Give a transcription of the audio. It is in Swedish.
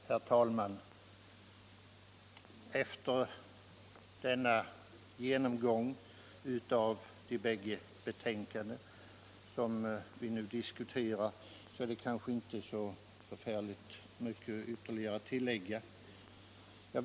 Herr talman! Efter denna genomgång av de bägge betänkandena som vi nu diskuterar är det kanske inte så mycket att tillägga.